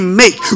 make